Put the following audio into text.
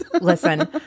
Listen